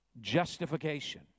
justification